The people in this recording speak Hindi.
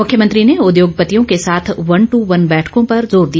मुख्यमंत्री ने उद्योगपतियों के साथ वन दू वन बैठकों पर जोर दिया